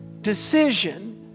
decision